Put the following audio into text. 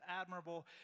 admirable